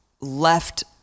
left